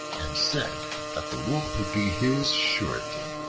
and said that the wolf would be his surety.